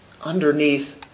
underneath